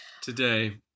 today